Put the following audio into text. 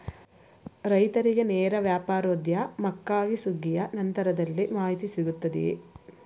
ರೈತರಿಗೆ ನೇರ ವ್ಯಾಪಾರೋದ್ಯಮಕ್ಕಾಗಿ ಸುಗ್ಗಿಯ ನಂತರದಲ್ಲಿ ಮಾಹಿತಿ ಸಿಗುತ್ತದೆಯೇ?